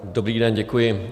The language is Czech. Dobrý den, děkuji.